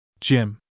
Jim